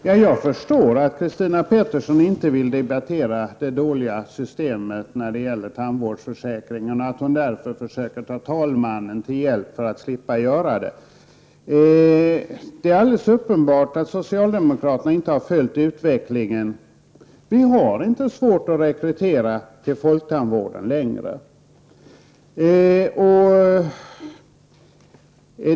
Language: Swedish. Herr talman! Jag förstår att Christina Pettersson inte vill debattera det dåliga tandvårdsförsäkringssystemet och försöker ta talmannen till hjälp för att slippa göra det. Det är alldeles uppenbart att socialdemokraterna inte har följt utvecklingen. Det är inte längre svårt att rekrytera tandläkare till folktandvården.